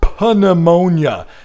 pneumonia